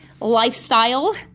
lifestyle